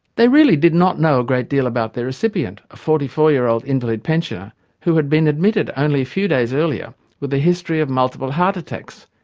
they really did not know a great deal about their recipient, a forty four year old invalid pensioner who had been admitted only a few days earlier with a history of multiple heart attacks,